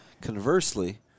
Conversely